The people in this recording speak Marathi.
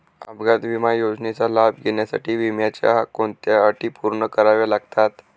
अपघात विमा योजनेचा लाभ घेण्यासाठी विम्याच्या कोणत्या अटी पूर्ण कराव्या लागतात?